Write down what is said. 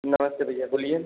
नमस्ते भैया बोलिए